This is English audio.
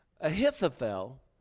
Ahithophel